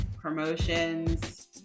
promotions